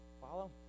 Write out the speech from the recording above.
Follow